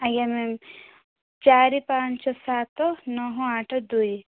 ଆଜ୍ଞା ମ୍ୟାମ୍ ଚାରି ପାଞ୍ଚ ସାତ ନଅ ଆଠ ଦୁଇ